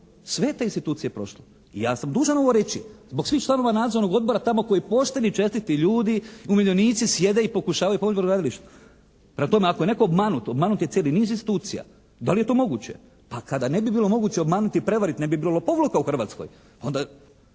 Sve te institucije je prošlo. I ja sam dužan ovo reći zbog svih članova nadzornog odbora tamo koji pošteni i čestiti ljudi, umirovljenici sjede i pokušavaju pomoći brodogradilištu. Prema tome, ako je netko obmanut, obmanut je cijeli niz institucija. Da li je to moguće? Pa kada ne bi bilo moguće obmanuti i prevariti ne bi bilo lopovluka u Hrvatskoj. Onda